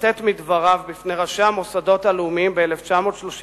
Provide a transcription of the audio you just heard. אצטט מדבריו בפני ראשי המוסדות הלאומיים ב-1938,